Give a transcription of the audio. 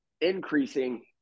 increasing